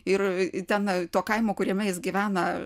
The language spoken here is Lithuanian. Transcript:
ir ten to kaimo kuriame jis gyvena